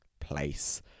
place